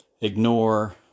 ignore